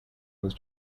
was